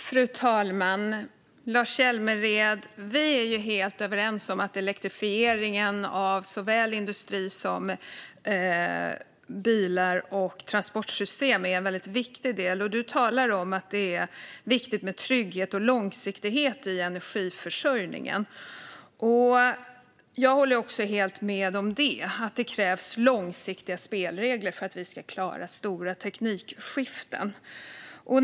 Fru talman! Lars Hjälmered! Vi är helt överens om att elektrifieringen av såväl industri som bilar och transportsystem är en viktig del. Du talar om att det är viktigt med trygghet och långsiktighet i energiförsörjningen. Jag håller helt med om att det krävs långsiktiga spelregler för att vi ska klara stora teknikskiften.